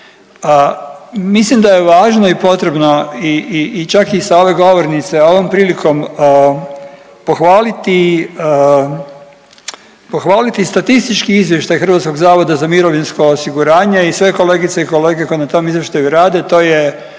Mislim da je važno i potrebno i čak sa ove govornice ovom prilikom pohvaliti, pohvaliti statistički izvještaj HZMO-a i sve kolegice i kolege koji na tom izvještaju rade. To je